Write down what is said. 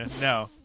No